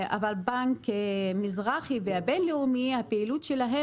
אבל הפעילות של בנק מזרחי והבינלאומי ביחס